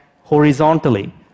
horizontally